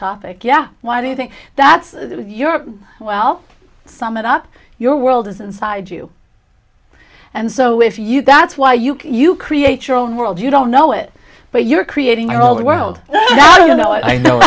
topic yeah why do you think that's your well sum it up your world is inside you and so if you that's why you can you create your own world you don't know it but you are creating all the world i know i know